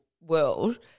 world